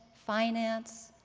finance.